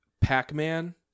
Pac-Man